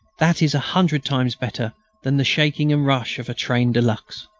that is a hundred times better than the shaking and rush of a train de luxe.